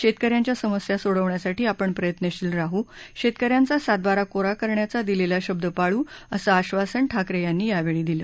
शेतकऱ्यांच्या समस्या सोडवण्यासाठी आपण प्रयत्नशील राहू शेतकऱ्यांचा सातबारा कोरा करण्याचा दिलेला शब्द पाळू असं आक्षासन ठाकरे यांनी यावेळी दिलं